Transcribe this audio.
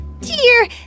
dear